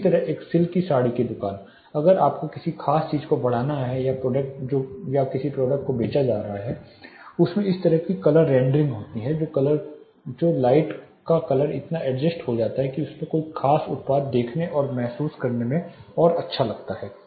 इसी तरह एक सिल्क की साड़ी की दुकान पर अगर आपको किसी खास चीज को बढ़ाना है या जो प्रोडक्ट बेचा जा रहा है उसमें एक तरह का कलर रेंडरिंग होगा तो लाइट का कलर इतना एडजस्ट हो जाता है कि कोई खास उत्पाद देखने और महसूस करने में और अच्छा लगता है